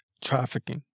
trafficking